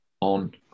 on